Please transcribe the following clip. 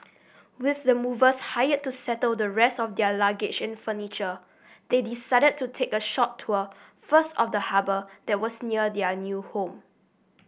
with the movers hired to settle the rest of their luggage and furniture they decided to take a short tour first of the harbour that was near their new home